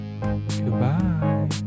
Goodbye